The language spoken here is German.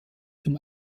zum